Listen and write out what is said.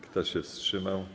Kto się wstrzymał?